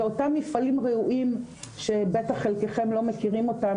ואותם מפעלים ראויים שבטח חלקכם לא מכירים אותם,